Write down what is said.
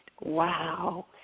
Wow